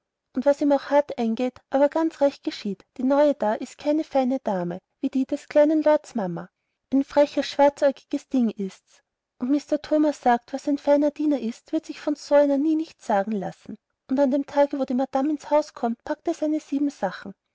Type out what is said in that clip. und was ihm auch hart eingeht aber ganz recht geschieht die neue da sie ist keine feine dame wie des kleinen lords mama ein freches schwarzäugiges ding ist's und mr thomas sagt was ein feiner diener ist wird sich von so einer nie nichts sagen lassen und an dem tage wo die madame ins haus kommt packt er seine siebensachen